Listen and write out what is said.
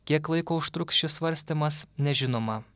kiek laiko užtruks šis svarstymas nežinoma